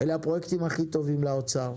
אלה הפרויקטים הכי טובים לאוצר.